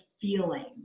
feeling